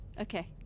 Okay